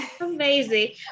Amazing